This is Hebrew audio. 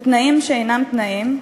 בתנאים שאינם תנאים,